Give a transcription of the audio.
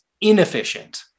inefficient